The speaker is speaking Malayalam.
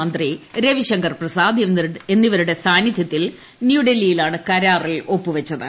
മന്ത്രി രവിശങ്കർപ്രസാദ് എന്നിവരുടെ സാന്നിദ്ധ്യത്തിൽ ന്യൂഡൽഹിയിലാണ് കരാർ ഒപ്പിട്ടത്